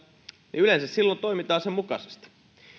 niin yleensä silloin toimitaan sen mukaisesti